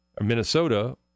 Minnesota